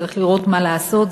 צריך לראות מה לעשות,